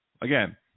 again